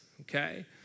Okay